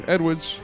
Edwards